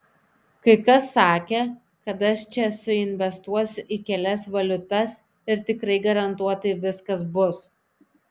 kai kas sakė kad aš čia suinvestuosiu į kelias valiutas ir tikrai garantuotai viskas bus